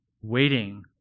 waiting